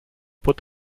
put